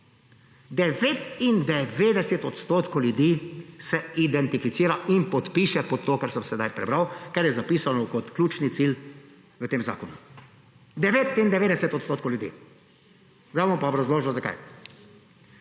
99 % ljudi se identificira in podpiše pod to, kar sem sedaj prebral, kar je zapisano kot ključni cilj v tem zakonu. 99 % ljudi. Zdaj vam bo pa obrazložil, zakaj.